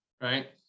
Right